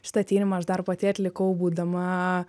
šitą tyrimą aš dar pati atlikau būdama